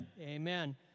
Amen